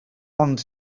ond